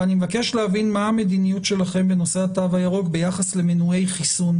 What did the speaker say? ואני מבקש להבין מה המדיניות שלכם בנושא התו הירוק ביחס למנועי חיסון,